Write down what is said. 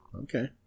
Okay